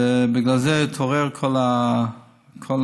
ובגלל זה התעוררה כל הוועדה,